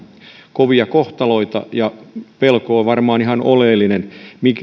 kovia kohtaloita se pelko on varmaan ihan oleellinen